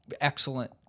excellent